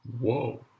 Whoa